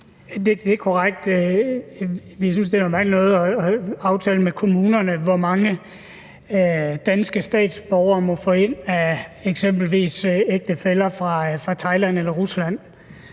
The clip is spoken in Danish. Det er korrekt. Vi synes, det er noget mærkeligt noget at aftale med kommunerne, hvor mange danske statsborgere må få ind af eksempelvis ægtefæller fra Thailand eller Rusland,